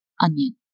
onion